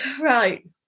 Right